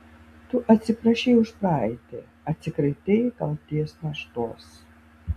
tu atsiprašei už praeitį atsikratei kaltės naštos